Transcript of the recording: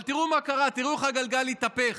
אבל תראו מה קרה, תראו איך הגלגל התהפך.